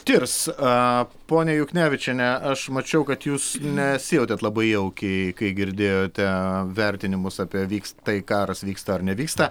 tirs ponia juknevičiene aš mačiau kad jūs nesijautėt labai jaukiai kai girdėjote vertinimus apie vyks tai karas vyksta ar nevyksta